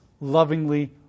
lovingly